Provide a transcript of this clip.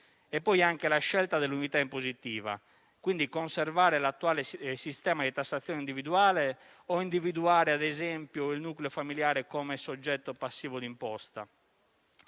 Ancora, la scelta dell'unità impositiva, quindi conservare l'attuale sistema di tassazione individuale o individuare, ad esempio, il nucleo familiare come soggetto passivo d'imposta.